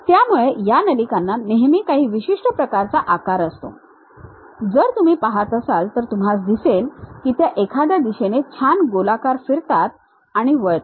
त्यामुळे या नलिकांना नेहमी काही विशिष्ट प्रकारचा आकार असतो जर तुम्ही पाहत असाल तर तुम्हास दिसेल की त्या एखाद्या दिशेने छान गोलाकार फिरतात आणि वळतात